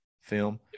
film